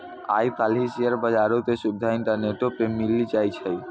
आइ काल्हि शेयर बजारो के सुविधा इंटरनेटो पे मिली जाय छै